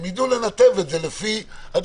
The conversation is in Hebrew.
שהם ידעו לנתב את זה לפי הדרישות.